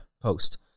post